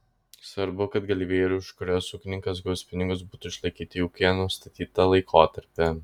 svarbu kad galvijai už kuriuos ūkininkas gaus pinigus būtų išlaikyti ūkyje nustatytą laikotarpį